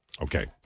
Okay